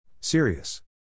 Serious